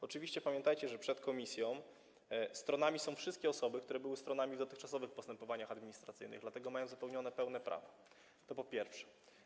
Oczywiście pamiętajcie, że przed komisją stronami są wszystkie osoby, które były stronami w dotychczasowych postępowaniach administracyjnych, dlatego mają zapewnione pełne prawa, to po pierwsze.